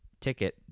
ticket